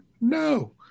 No